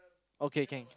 okay can